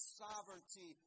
sovereignty